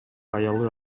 аялы